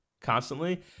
constantly